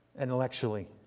intellectually